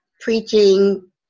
preaching